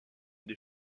des